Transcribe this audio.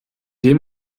dem